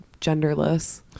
genderless